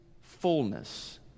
fullness